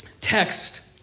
text